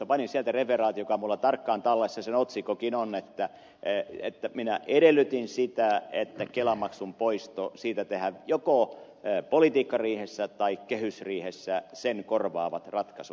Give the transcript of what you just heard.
panin sieltä referaatin joka on minulla tarkkaan tallessa sen otsikkokin on että minä edellytin sitä että kelamaksun poistosta tehdään joko politiikkariihessä tai kehysriihessä sen korvaavat ratkaisut